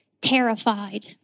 terrified